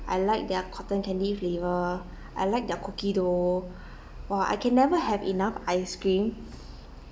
I like their cotton candy flavour I like their cookie dough !wah! I can never have enough ice cream